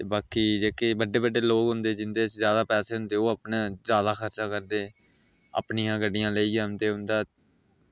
ते बाकी जेह्के बड्डे बड्डे लोक होंदे उंदे कश जादै पैसे होंदे ओह् अपने कशा जादै खर्च करदे अपनियां गड्डियां लेइयै औंदे उंदा